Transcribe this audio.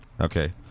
Okay